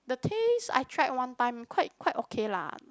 the taste I tried one time quite quite okay lah